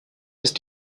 ist